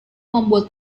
membuat